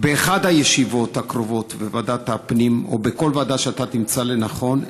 באחת הישיבות הקרובות בוועדת הפנים או בכל ועדה שאתה תמצא לנכון,